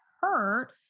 hurt